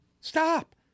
Stop